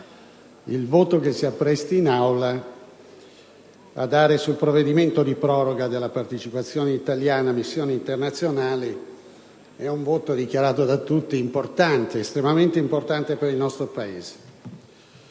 Il voto che si appresta a dare l'Aula sul provvedimento di proroga della partecipazione italiana alle missioni internazionali è - come dichiarato da tutti - estremamente importante per il nostro Paese.